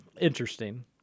Interesting